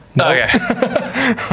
Okay